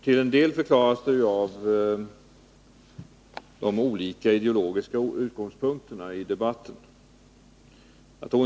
Till en del förklaras naturligtvis detta av de olika ideologiska utgångspunkterna i debatten.